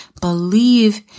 Believe